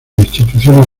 instituciones